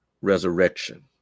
resurrection